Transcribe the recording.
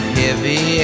heavy